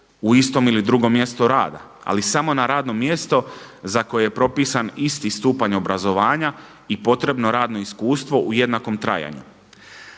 u istom ili drugom mjestu rada ali samo na radno mjesto za koje je propisan isti stupanj obrazovanja i potrebno radno iskustvo u jednakom trajanju.